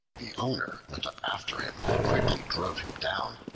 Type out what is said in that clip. the owner went up after him and quickly drove him down,